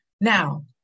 Now